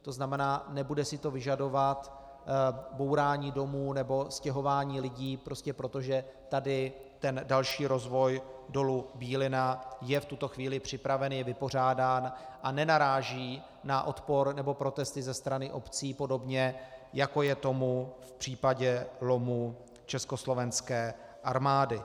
To znamená, nebude si to vyžadovat bourání domů nebo stěhování lidí prostě proto, že další rozvoj dolu Bílina je v tuto chvíli připraven, je vypořádán a nenaráží na odpor nebo protesty ze strany obcí podobně, jako je tomu v případě lomu Československé armády.